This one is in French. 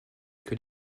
que